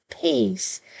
peace